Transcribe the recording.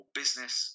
business